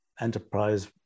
enterprise